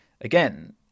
again